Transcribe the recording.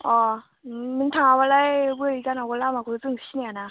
अ नों थाङाबालाय बोरै जानांगौ लामाखौ जों सिनायाना